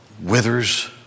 withers